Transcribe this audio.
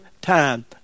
time